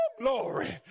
glory